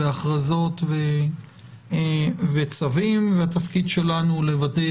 הכרזות וצווים והתפקיד שלנו הוא לוודא